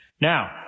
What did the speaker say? Now